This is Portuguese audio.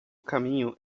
caminho